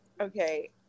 Okay